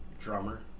drummer